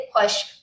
push